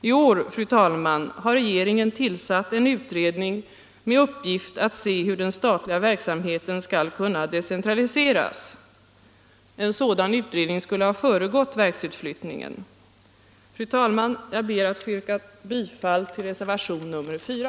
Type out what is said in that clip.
I år, fru talman, har regeringen tillsatt en utredning med uppgift att se hur den statliga verksamheten skall kunna decentraliseras. En sådan utredning skulle ha föregått verksutflyttningen. Fru talman! Jag ber att få yrka bifall till reservationen 4.